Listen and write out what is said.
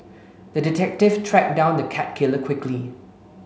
the detective tracked down the cat killer quickly